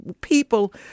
people